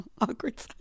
awkward